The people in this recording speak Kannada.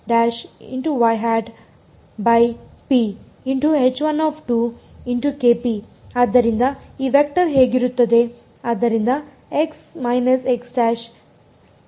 ಆದ್ದರಿಂದ ನ್ನು ನಾನು ಹೊಂದಿದ್ದೇನೆ